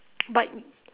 but n~